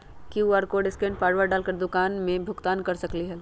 QR code scan password डाल कर दुकान में भुगतान कर सकलीहल?